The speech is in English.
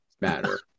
Matter